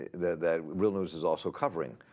that that real news is also covering.